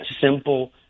Simple